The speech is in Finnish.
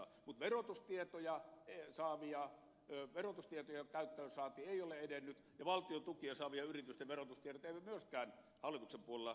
mutta verotustietojen käyttöön saanti ei ole edennyt ja valtion tukia saavien yritysten verotustiedot eivät myöskään hallituksen puolella ole edenneet